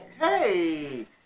hey